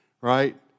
right